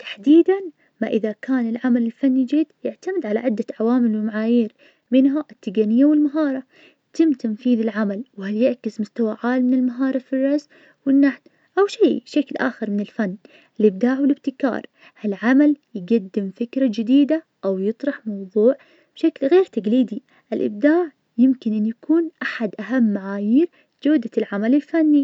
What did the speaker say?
تحديداً ما إذا كان العمل الفني جيد يعتمد على عدة عوامل ومعايير, منها التجنية والمهارة, يتم تنفيذ العمل, وهل يعكس مستوى عالي من المهارة في الرسم والنحت, أو شي بشكل آخر من الفن والإبداع والابتكار, هالعمل يقدم فكرة جديدة أو يطرح موضوع بشكل غير تقليدي, الإبداع يمكن ان يكون أحد أهم معايير جودة العمل الفني.